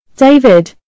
David